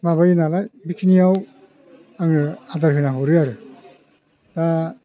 माबायो नालाय बेखिनियाव आङो आदार होना हरो आरो दा